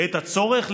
בעת הצורך,